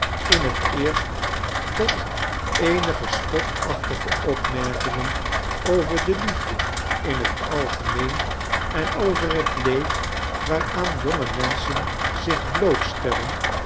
in hot eeirsfc tot eenige spotachtige opme rkingen over de liefde in het algemeen en aver het teed waaraan jonge menschen zich